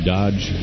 Dodge